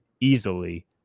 easily